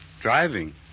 Driving